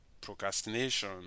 procrastination